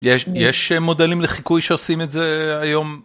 יש מודלים לחיקוי שעושים את זה היום.